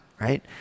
Right